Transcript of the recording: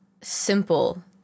Simple